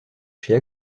chez